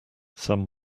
some